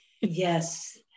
Yes